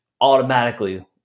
automatically